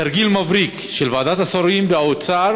בתרגיל מבריק של ועדת השרים והאוצר